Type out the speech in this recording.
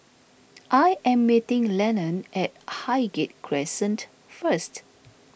I am meeting Lennon at Highgate Crescent first